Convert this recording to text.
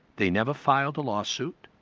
they never filed a lawsuit,